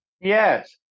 Yes